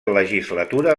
legislatura